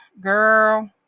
Girl